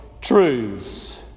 truths